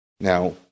Now